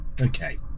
okay